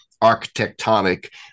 architectonic